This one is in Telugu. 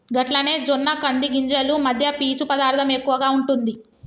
గట్లనే జొన్న కంది గింజలు మధ్య పీచు పదార్థం ఎక్కువగా ఉంటుంది